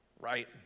right